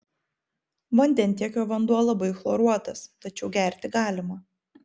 vandentiekio vanduo labai chloruotas tačiau gerti galima